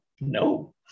no